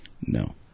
No